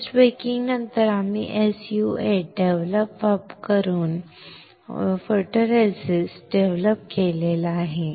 post बेकिंगनंतर आम्ही SU 8 develop वापरून फोटोरेसिस्ट डेव्हलप केले आहे